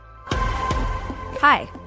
Hi